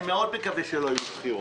אני מאוד מקווה שלא יהיו בחירות.